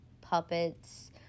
puppets